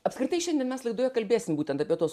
apskritai šiandien mes laidoje kalbėsim būtent apie tuos